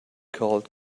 called